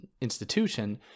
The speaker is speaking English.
institution